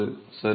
மாணவர் சரி